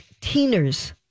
Teeners